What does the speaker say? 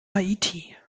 haiti